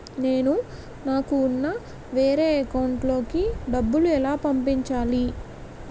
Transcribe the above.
నేను నాకు ఉన్న వేరే అకౌంట్ లో కి డబ్బులు ఎలా పంపించాలి?